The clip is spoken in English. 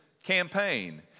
campaign